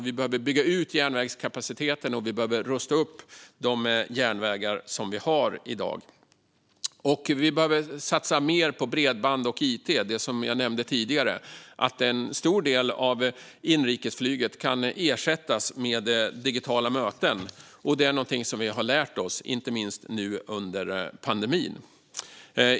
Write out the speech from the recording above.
Vi behöver bygga ut järnvägskapaciteten, och vi behöver rusta upp de järnvägar som vi har i dag. Vi behöver satsa mer på bredband och it. Som jag nämnde tidigare kan en stor del av inrikesflyget ersättas med digitala möten. Det är någonting som vi har lärt oss, inte minst nu under pandemin.